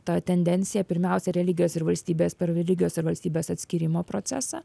ta tendencija pirmiausia religijos ir valstybės per religijos ir valstybės atskyrimo procesą